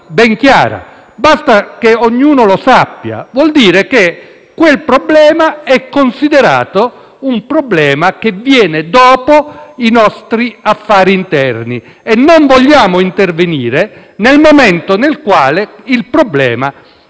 ben chiara e basta che ognuno di noi lo sappia: vuol dire che quella materia è considerata un problema che viene dopo i nostri affari interni e non vogliamo intervenire nel momento nel quale il problema